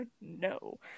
no